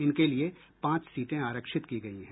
इनके लिए पांच सीटें आरक्षित की गई हैं